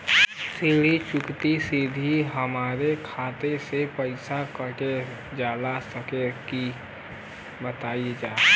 ऋण चुकौती सीधा हमार खाता से पैसा कटल जा सकेला का बताई जा?